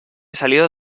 salido